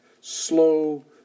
slow